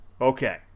Okay